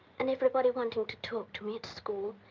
and everybody wanting to talk to me at school.